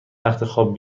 تختخواب